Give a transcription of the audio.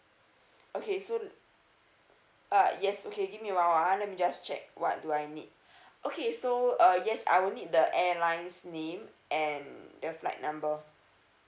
okay so uh yes okay give me a while ah let me just check what do I need okay so uh yes I will need the airline's name and the flight number